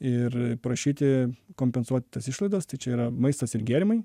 ir prašyti kompensuoti tas išlaidas tai čia yra maistas ir gėrimai